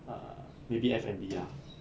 err maybe F&B ah